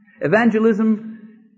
Evangelism